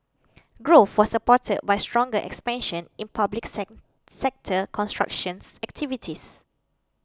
growth was supported by stronger expansion in public sector constructions activities